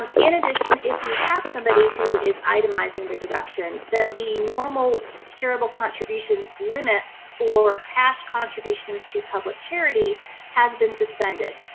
um in addition, if we have somebody who is itemizing their deduction, then the normal charitable contribution limits for cash contributions to public charity has been suspended.